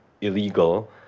illegal